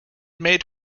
made